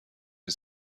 این